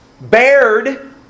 bared